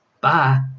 bye